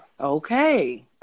Okay